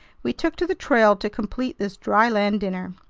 we took to the trail to complete this dry-land dinner.